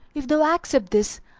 if thou accept this,